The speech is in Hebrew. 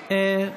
פקודת התעבורה (הגבלת דמי חניה במוסד רפואי),